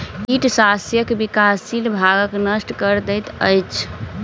कीट शस्यक विकासशील भागक नष्ट कय दैत अछि